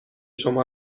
شما